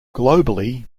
globally